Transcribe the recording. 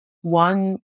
One